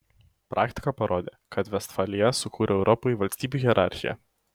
praktika parodė kad vestfalija sukūrė europai valstybių hierarchiją